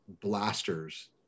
blasters